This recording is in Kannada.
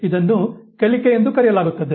ಇದನ್ನು ಕಲಿಕೆ ಎಂದು ಕರೆಯಲಾಗುತ್ತದೆ